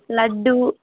laddu